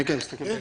כן, כן.